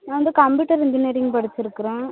நான் வந்து computer engineering படிச்சு இருக்கிறேன்